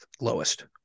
lowest